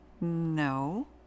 No